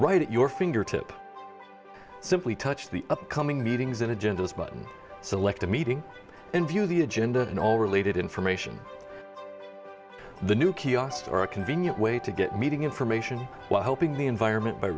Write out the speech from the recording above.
right at your fingertips simply touch the upcoming meetings and agendas but select a meeting and view the agenda in all related information the new kiosks or a convenient way to get meeting information while helping the environment by